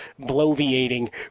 bloviating